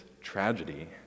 tragedy